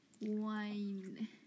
wine